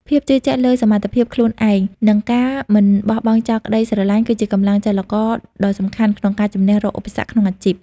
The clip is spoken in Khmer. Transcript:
ភាពជឿជាក់លើសមត្ថភាពខ្លួនឯង និងការមិនបោះបង់ចោលក្តីស្រឡាញ់ គឺជាកម្លាំងចលករដ៏សំខាន់ក្នុងការជំនះរាល់ឧបសគ្គក្នុងអាជីព។